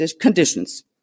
conditions